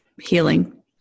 healing